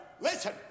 Listen